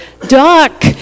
Duck